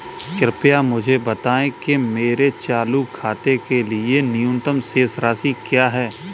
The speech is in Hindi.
कृपया मुझे बताएं कि मेरे चालू खाते के लिए न्यूनतम शेष राशि क्या है?